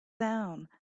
down